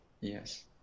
yes